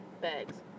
bags